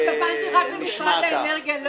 התכוונתי רק למשרד האנרגיה.